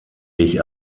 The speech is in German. ich